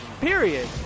period